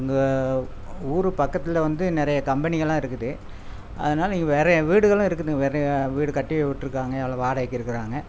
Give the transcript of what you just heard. எங்கள் ஊரு பக்கத்தில் வந்து நிறைய கம்பெனிங்கலாம் இருக்குது அதனால இங்கே வேறய வீடுகளும் இருக்குது வேறய வீடு கட்டி விட்ருக்காங்க எல்லா வாடகைக்கு இருக்கிறாங்க